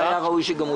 אבל היה ראוי שגם הוא